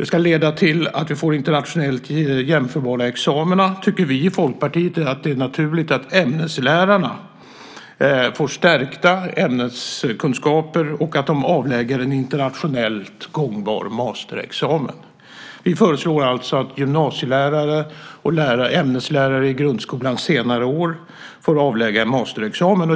ska leda till att vi får internationellt jämförbara examina tycker vi i Folkpartiet att det är naturligt att ämneslärarna får stärkta ämneskunskaper och att de avlägger en internationellt gångbar masterexamen. Vi föreslår alltså att gymnasielärare och ämneslärare i grundskolans senare år får avlägga en masterexamen.